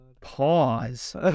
Pause